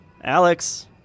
Alex